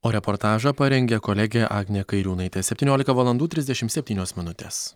o reportažą parengė kolegė agnė kairiūnaitė septyniolika valandų trisdešim septynios minutės